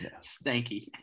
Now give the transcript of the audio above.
stanky